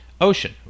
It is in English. ocean